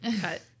Cut